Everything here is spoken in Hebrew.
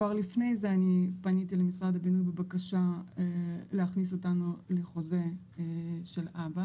כבר לפני זה פניתי למשרד הבינוי בבקשה להכניס אותנו לחוזה של אבא